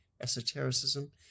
esotericism